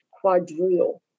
quadrille